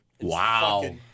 Wow